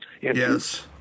Yes